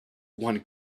one